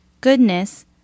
goodness